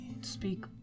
speak